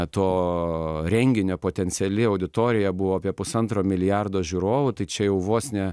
na to renginio potenciali auditorija buvo apie pusantro milijardo žiūrovų tai čia jau vos ne